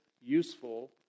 useful